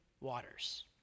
waters